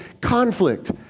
conflict